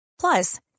Plus